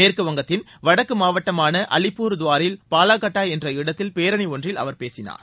மேற்கு வங்கத்தின் வடக்கு மாவட்டமான அலிப்பூர்துவாரில் பாலாகாட்டா என்ற இடத்தில் பேரணி ஒன்றில் அவர் பேசினார்